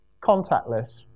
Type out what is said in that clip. contactless